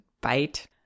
bite